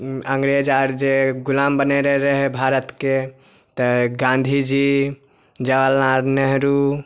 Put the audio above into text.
अंग्रेज आर जे गुलाम बनने रहै भारतके तऽ गाँधीजी जवाहरलाल नेहरू